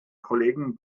kollegen